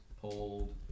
Pulled